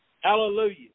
Hallelujah